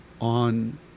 on